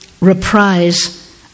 reprise